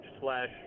slash